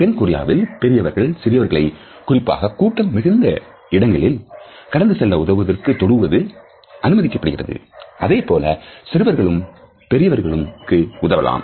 தென்கொரியாவில் பெரியவர்கள் சிறியவர்களை குறிப்பாக கூட்டம் மிகு இடங்களில் கடந்து செல்ல உதவுவதற்கு தொடுவது அனுமதிக்கப்படுகிறது அதேபோல சிறியவர்களும் பெரியவர்களுக்கு உதவலாம்